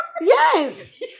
Yes